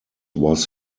was